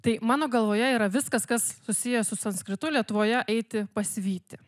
tai mano galvoje yra viskas kas susiję su sanskritu lietuvoje eiti pas vytį